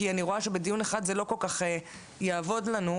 כי אני רואה שבדיון אחד זה לא כל כך יעבוד לנו.